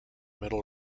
middle